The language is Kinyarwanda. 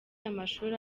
amashuri